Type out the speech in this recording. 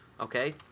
okay